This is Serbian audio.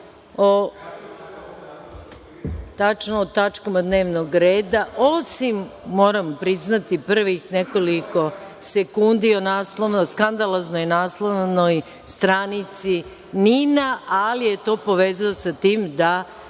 o tačkama dnevnog reda, osim, moram priznati, prvih nekoliko sekundi o skandaloznoj naslovnoj stranici NIN-a, ali je to povezao sa tim da